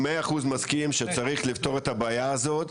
מאה אחוז מסכים שצריך לפתור את הבעיה הזאת,